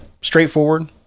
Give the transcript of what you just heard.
Straightforward